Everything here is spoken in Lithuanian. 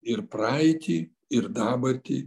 ir praeitį ir dabartį